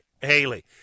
Haley